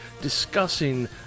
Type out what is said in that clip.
discussing